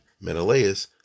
Menelaus